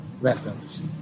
leftovers